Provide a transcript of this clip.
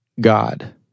God